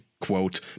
quote